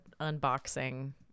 unboxing